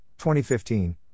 2015